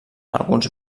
alguns